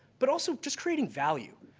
but also just creating value.